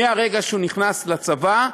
מרגע שהוא נכנס לצבא,